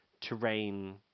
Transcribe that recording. terrain